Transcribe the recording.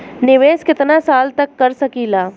निवेश कितना साल तक कर सकीला?